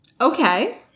Okay